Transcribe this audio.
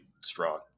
strong